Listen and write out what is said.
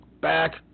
Back